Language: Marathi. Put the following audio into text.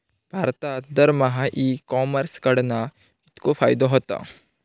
भारतात दरमहा ई कॉमर्स कडणा कितको फायदो होता?